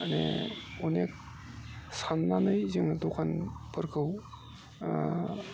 माने अनेख साननानै जोङो दखानफोरखौ